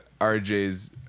RJ's